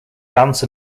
dance